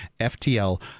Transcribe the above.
FTL